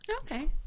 Okay